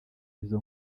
izo